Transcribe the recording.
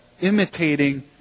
imitating